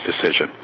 decision